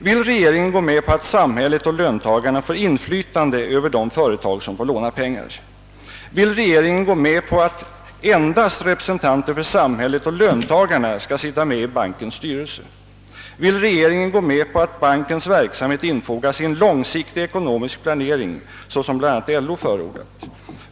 Vill regeringen gå med på att samhället och löntagarna får inflytande över de företag som får låna pengar? Vill regeringen gå med på att endast representanter för samhället och löntagarna skall sitta med i bankens styrelse? Vill regeringen gå med på att bankens verksamhet infogas i en långsiktig ekonomisk planering som bl.a. LO förordar?